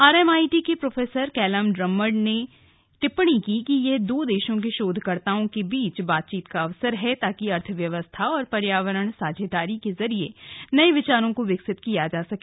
RMIT के professor Callum Drummond ने टिप्पणी की कि यह दो देशों के शोधकर्ताओं के बीच बातचीत का अवसर है ताकि अर्थव्यवस्था और पर्यावरण साझेदारी के जरिए नए विचारों को विकसित किया जा सके